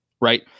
right